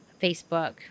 Facebook